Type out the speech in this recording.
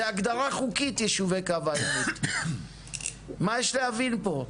זו הגדרה חוקית יישובי קו העימות, מה יש להבין פה?